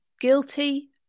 guilty